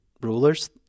rulers